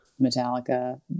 Metallica